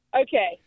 Okay